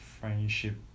friendship